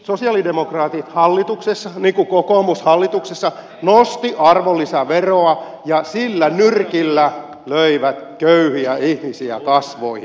sosialidemokraatit hallituksessa niin kuin kokoomus hallituksessa nostivat arvonlisäveroa ja sillä nyrkillä löivät köyhiä ihmisiä kasvoihin